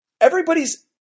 everybody's –